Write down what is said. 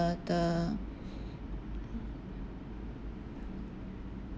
the